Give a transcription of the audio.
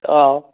ꯑꯥ